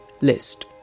list